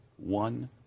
one